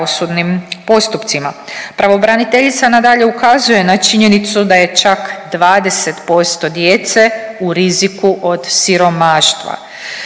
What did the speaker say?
Pravobraniteljica nadalje ukazuje na činjenicu da je čak 20% djece u riziku od siromaštva,